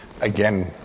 Again